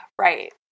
Right